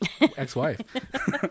ex-wife